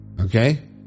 Okay